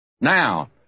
Now